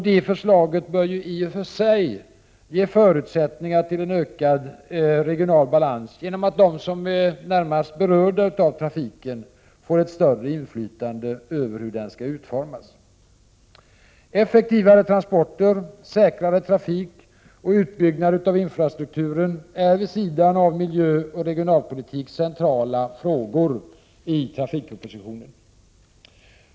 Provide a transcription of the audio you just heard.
Det förslaget bör i och för sig ge förutsättningar för en ökad regional balans, genom att de som är närmast berörda av trafiken får ett större inflytande över hur den skall utformas. Effektivare transporter, säkrare trafik och utbyggnad av infrastrukturen är vid sidan av miljöoch regionalpolitik centrala frågor i trafikpropositionen.